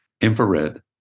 Infrared